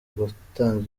gutanga